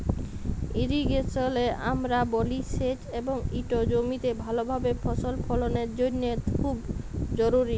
ইরিগেশলে আমরা বলি সেঁচ এবং ইট জমিতে ভালভাবে ফসল ফললের জ্যনহে খুব জরুরি